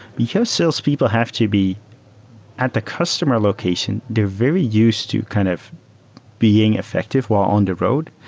because salespeople have to be at the customer location, they're very used to kind of being effective while on the road.